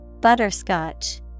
Butterscotch